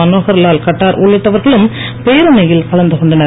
மனோகர் லால் கட்டார் உள்ளிட்டவர்களும் பேரணியில் கலந்து கொண்டனர்